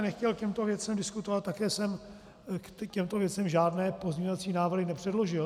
Nechtěl bych k těmto věcem ale diskutovat, také jsem k těmto věcem žádné pozměňovací návrhy nepředložil.